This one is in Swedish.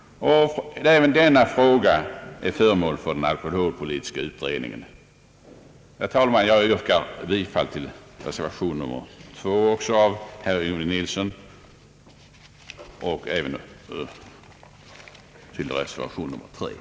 Även denna fråga är föremål för behandling av den alkoholpolitiska utredningen. Herr talman! Jag yrkar bifall till reservationerna 2 och 3 av herr Yngve Nilsson m.fl.